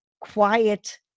quiet